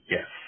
Yes